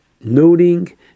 noting